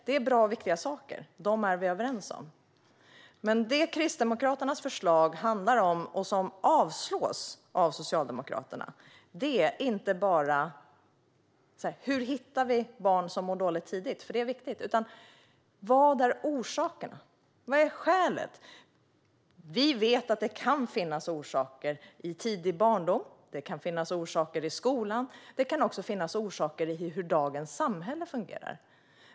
Det här är bra och viktiga saker, och vi är överens om dem. Men det som Kristdemokraternas förslag handlar om, och som avstyrks av Socialdemokraterna, är inte bara att tidigt hitta barn som mår dåligt, vilket är viktigt, utan också ta reda på vilka orsakerna är. Vad är skälet till detta? Vi vet att det kan finnas orsaker i tidig barndom. Det kan finnas orsaker i skolan. Det kan också finnas orsaker i hur dagens samhälle fungerar.